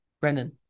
Brennan